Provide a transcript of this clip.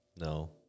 No